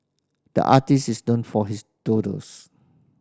the artist is known for his doodles